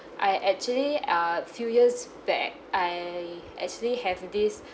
I actually err few years back I actually have this